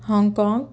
Hong Kong